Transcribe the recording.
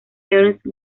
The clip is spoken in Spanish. ernst